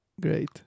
great